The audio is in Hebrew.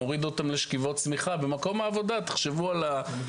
הורידו אותם לשכיבות סמיכה במקום העבודה.